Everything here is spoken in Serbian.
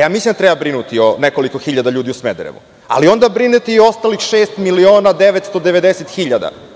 ja mislim da treba brinuti o nekoliko hiljada ljudi u Smederevu, ali onda brinite i o ostalih šest miliona 990 hiljada. Mnogo